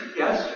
yes